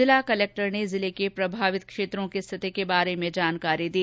जिला कलक्टर ने जिले के प्रभावित क्षेत्रों की स्थिति के बारे में जानकारी दी